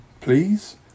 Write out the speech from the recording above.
Please